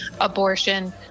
abortion